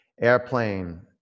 Airplane